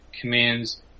commands